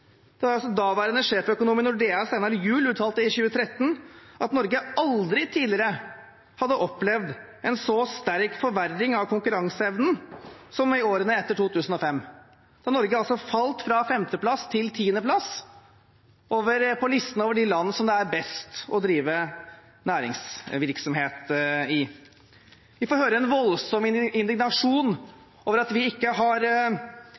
Daværende sjeføkonom i Nordea, Steinar Juel, uttalte i 2013 at Norge aldri tidligere hadde opplevd en så sterk forverring av konkurranseevnen som i årene etter 2005, da Norge falt fra femteplass til tiendeplass på listen over de land som det er best å drive næringsvirksomhet i. Vi får høre en voldsom indignasjon over at vi ikke har